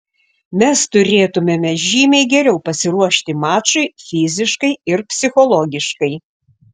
mes turėtumėme žymiai geriau pasiruošti mačui fiziškai ir psichologiškai